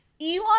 Elon